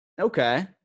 Okay